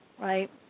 right